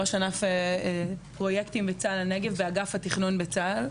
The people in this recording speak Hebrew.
ראש ענף פרויקטים בצה"ל הנגב באגף התכנון בצה"ל.